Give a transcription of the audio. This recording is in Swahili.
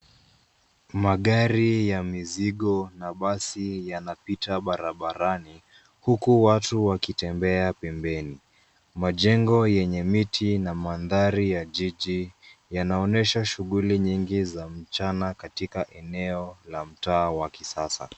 Magari ya mizigo na basi yanapita barabarani ,huku watu wakitembea pembeni. majengo yenye miti na mandhari ya jiji, yanaonesha shughuli nyingi za mchana katika eneo la mtaa wa kisasa..